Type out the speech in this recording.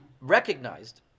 recognized